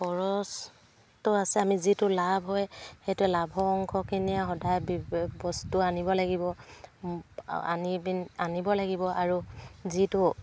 খৰচটো আছে আমি যিটো লাভ হয় সেইটো লাভৰ অংশখিনিয়ে সদায় বস্তু আনিব লাগিব আনি পিন আনিব লাগিব আৰু যিটো